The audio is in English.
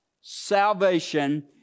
salvation